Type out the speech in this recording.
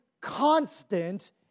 constant